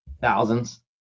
Thousands